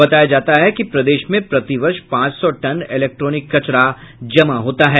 बताया जाता है कि प्रदेश में प्रति वर्ष पांच सौ टन इलेक्ट्रॉनिक कचरा जमा होता है